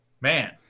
man